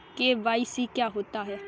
KYC क्या होता है?